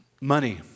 Money